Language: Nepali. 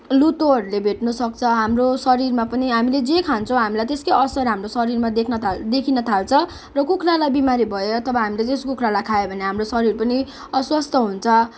लुतोहरूले भेट्न सक्छ हाम्रो शरीरमा पनि हामीले जे खान्छौँ हामीलाई त्यस्कै असर हाम्रो शरीरमा देख्न थाल् देखिन थाल्छ र कुखुरालाई बिमारी भयो अथवा हामीले त्यस कुख्रालाई खायो भने हाम्रो शरीर पनि अस्वस्थ हुन्छ